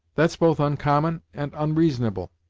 that's both oncommon, and onreasonable.